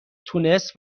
تونست